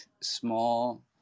small